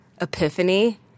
epiphany